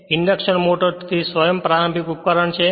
induction motor તેથી સ્વ પ્રારંભિક ઉપકરણ છે